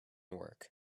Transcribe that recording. work